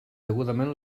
degudament